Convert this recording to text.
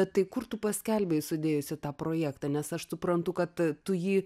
bet tai kur tu paskelbei sudėjusi tą projektą nes aš suprantu kad tu jį